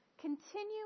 Continue